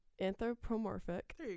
anthropomorphic